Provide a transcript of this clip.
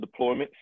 deployments